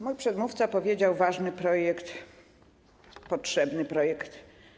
Mój przedmówca powiedział: ważny projekt, potrzebny projekt.